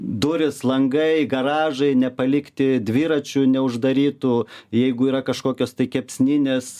durys langai garažai nepalikti dviračių neuždarytų jeigu yra kažkokios tai kepsninės